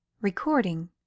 Recording